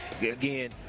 again